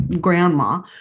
grandma